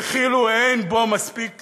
וכאילו אין בו מספיק